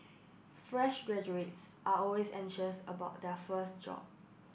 fresh graduates are always anxious about their first job